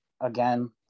again